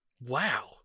wow